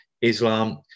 Islam